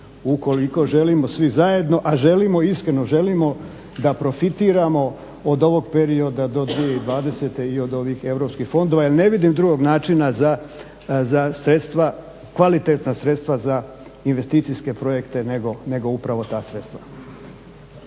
ukoliko želimo svi zajedno a želimo, iskreno želimo da profitiramo od ovog perioda do 2020.i od ovih europskih fondova jer ne vidim drugog načina za sredstva, kvalitetna sredstva za investicijske projekte nego upravo ta sredstva.